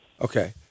Okay